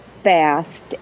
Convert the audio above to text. fast